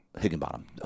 Higginbottom